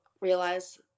realize